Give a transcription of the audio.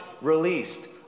released